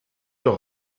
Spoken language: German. doch